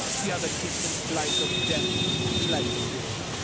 the other distant blank of death blending with it,